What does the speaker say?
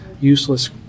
useless